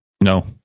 No